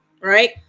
right